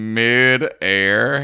mid-air